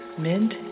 mint